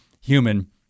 human